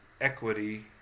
equity